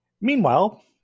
Meanwhile